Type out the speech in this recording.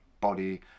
body